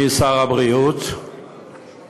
הצעת חוק לתיקון פקודת הרוקחים (מס' 28),